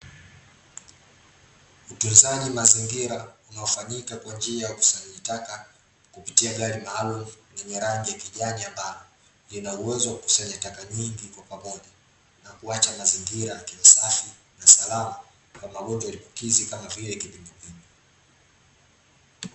Utunzaji mazingira, unaofanyika kwa njia ya ukusanyaji taka , kupitia gari maalumu lenye rangi ya kijani ambalo, lina uwezo wa kukusanya taka nyingi kwa pamoja, na kuacha mazingira yakiwa safi na salama, kama gonjwa lipikizi kama vile kipindupindu.